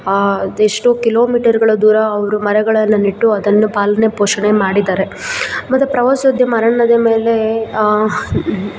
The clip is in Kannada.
ಎಷ್ಟೋ ಕಿಲೋಮೀಟರ್ಗಳ ದೂರ ಅವರು ಮರಗಳನ್ನು ನೆಟ್ಟು ಅದನ್ನು ಪಾಲನೆ ಪೋಷಣೆ ಮಾಡಿದ್ದಾರೆ ಮತ್ತು ಪ್ರವಾಸೋದ್ಯಮ ಅರಣ್ಯದ ಮೇಲೆ